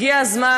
הגיע הזמן,